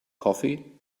coffee